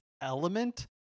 element